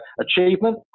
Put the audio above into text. achievement